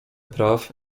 praw